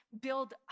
build